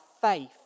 faith